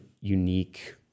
unique